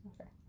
Okay